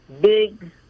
big